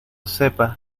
sepa